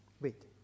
wait